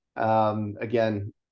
Again